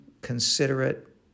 considerate